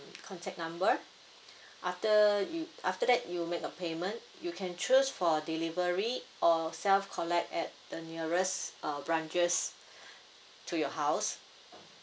contact number after you after that you make a payment you can choose for delivery or self collect at the nearest uh branches to your house